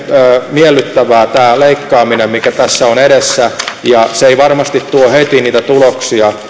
miellyttävää tämä leikkaaminen mikä tässä on edessä ja se ei varmasti tuo heti niitä tuloksia